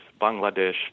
Bangladesh